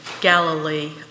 Galilee